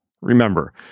Remember